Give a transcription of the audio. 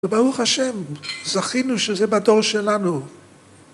‫וברוך השם, זכינו שזה בדור שלנו.